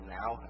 now